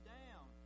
down